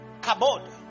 Kabod